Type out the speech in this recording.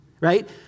right